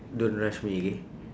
don't rush me okay